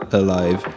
alive